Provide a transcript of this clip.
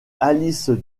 alice